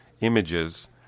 images